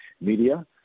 media